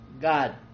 God